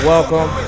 Welcome